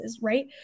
right